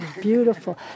beautiful